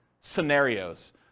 scenarios